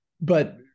but-